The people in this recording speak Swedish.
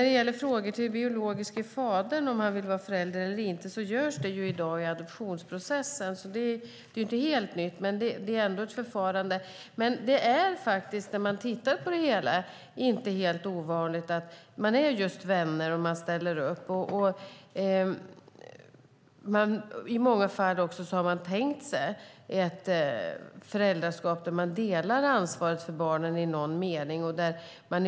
Beträffande om den biologiske fadern vill vara förälder eller inte ställs sådana frågor redan i dag i samband med adoptionsprocessen. Det är alltså inte något nytt. När vi tittar på det hela ser vi att det inte är helt ovanligt att man som vän ställer upp. I många fall har man också tänkt sig ett föräldraskap där man i någon mening delar ansvaret för barnet.